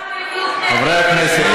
חברי הכנסת,